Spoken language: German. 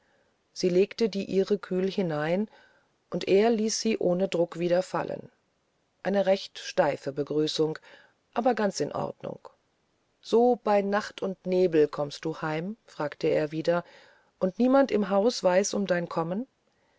sie legte die ihre kühl hinein und er ließ sie ohne druck wieder fallen eine recht steife begrüßung aber ganz in der ordnung so bei nacht und nebel kommst du heim fragte er wieder und niemand im hause weiß um dein kommen